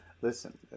Listen